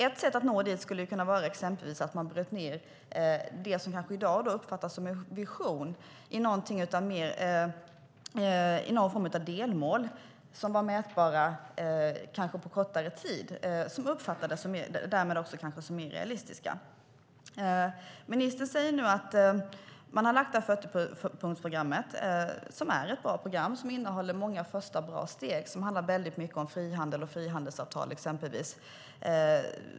Ett sätt att nå dit är att exempelvis bryta ned det som i dag uppfattas som en vision i någon form av mätbara delmål som kan uppfattas som mer realistiska. Ministern nämnde det framlagda 40-punktsprogrammet. Det är ett bra program med många bra första steg. De handlar mycket om frihandel och frihandelsavtal.